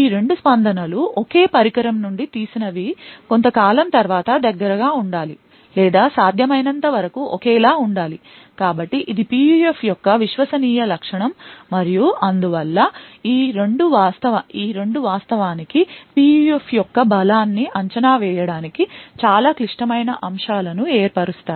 ఈ 2 స్పందనలు ఒకే పరికరం నుండి తీసినవి కొంతకాలం తర్వాత దగ్గరగా ఉండాలి లేదా సాధ్యమైనంత వరకు ఒకేలా ఉండాలి కాబట్టి ఇది PUF యొక్క విశ్వసనీయ లక్షణం మరియు అందువల్ల ఈ 2 వాస్తవానికి PUF యొక్క బలాన్ని అంచనా వేయడానికి చాలా క్లిష్టమైన అంశాలను ఏర్పరుస్తాయి